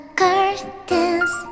curtains